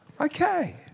Okay